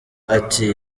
ati